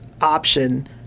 option